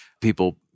people